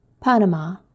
Panama